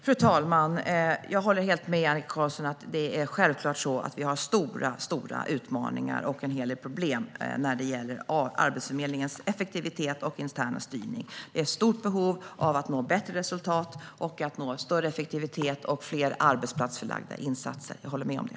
Fru talman! Jag håller helt med Annika Qarlsson att vi självklart har stora utmaningar och en hel del problem när det gäller Arbetsförmedlingens effektivitet och interna styrning. Vi har ett stort behov av att nå bättre resultat och större effektivitet och få fler arbetsplatsförlagda insatser. Jag håller med om det.